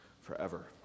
forever